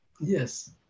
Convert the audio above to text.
Yes